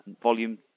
volume